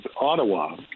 Ottawa